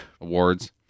awards